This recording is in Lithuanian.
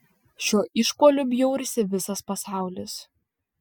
šiuo išpuoliu bjaurisi visas pasaulis